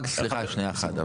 סליחה, שנייה אחת.